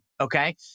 okay